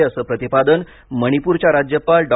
असे प्रतिपादन मणिपूरच्या राज्यपाल डॉ